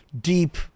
deep